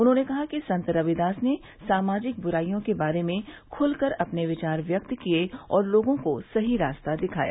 उन्होंने कहा कि संत रविदास ने सामाजिक बुराइयों के बारे में खुलकर अपने विचार व्यक्त किये और लोगों को सही रास्ता दिखाया